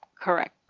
Correct